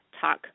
Talk